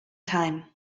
time